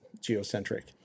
geocentric